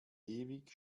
ewig